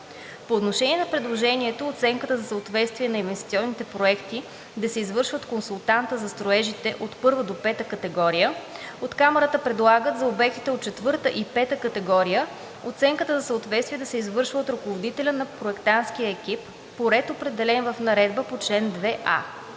По отношение на предложението оценката за съответствие на инвестиционните проекти да се извършва от консултанта за строежите от първа до пета категория от Камарата предлагат за обектите от четвърта и пета категория оценката за съответствие да се извършва от ръководителя на проектантския екип – по ред, определен в наредбата по чл. 2а.